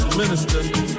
Minister